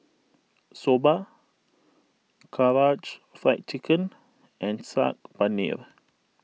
Soba Karaage Fried Chicken and Saag Paneer